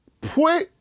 put